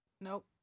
Nope